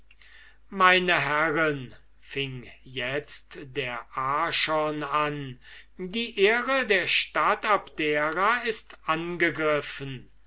meine herren fing itzt der archon an die ehre der stadt abdera ist angegriffen